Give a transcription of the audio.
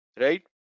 right